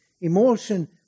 Emotion